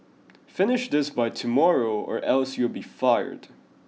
finish this by tomorrow or else you'll be fired